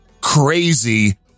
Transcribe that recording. crazy